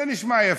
זה נשמע יפה.